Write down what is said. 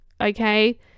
okay